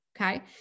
Okay